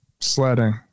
sledding